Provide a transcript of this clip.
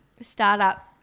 startup